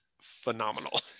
phenomenal